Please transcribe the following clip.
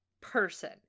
person